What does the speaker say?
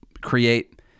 create